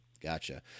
Gotcha